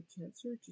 cancer